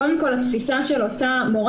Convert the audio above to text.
קודם כל התפיסה של אותה מורה